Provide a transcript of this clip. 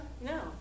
No